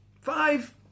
Five